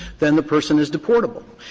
then the person is deportable.